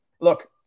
look